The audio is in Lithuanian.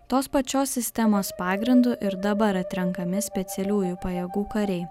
tos pačios sistemos pagrindu ir dabar atrenkami specialiųjų pajėgų kariai